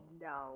no